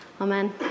Amen